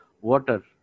water